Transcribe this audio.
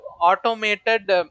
automated